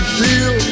feel